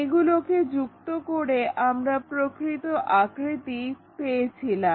এগুলোকে যুক্ত করে আমরা প্রকৃত আকৃতি পেয়েছিলাম